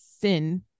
sin